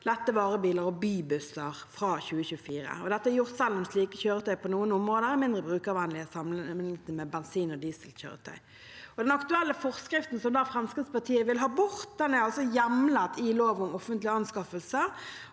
lette varebiler og bybusser fra 2024. Dette er gjort selv om slike kjøretøy på noen områder er mindre brukervennlige sammenliknet med bensin- og dieselkjøretøy.» Den aktuelle forskriften Fremskrittspartiet vil ha bort, er hjemlet i lov om offentlige anskaffelser.